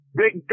big